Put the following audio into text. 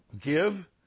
Give